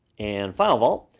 and firewall,